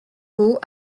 haut